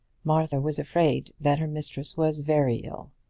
martha was afraid that her mistress was very ill.